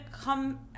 come